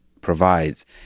provides